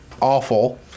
awful